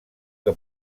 que